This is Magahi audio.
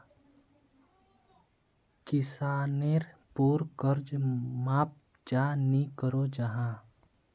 किसानेर पोर कर्ज माप चाँ नी करो जाहा?